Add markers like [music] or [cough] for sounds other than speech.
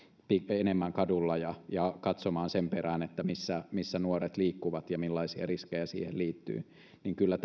enemmän kadulla ja ja katsomaan sen perään missä missä nuoret liikkuvat ja millaisia riskejä siihen liittyy kyllä [unintelligible]